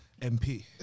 MP